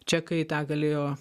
čekai tą galėjo